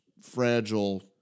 fragile